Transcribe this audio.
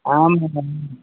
ஆமாங்க ஆமாங்க